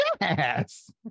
Yes